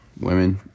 women